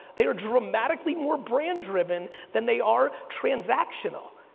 they are dramatically more brand driven than they are transactional.